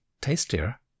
tastier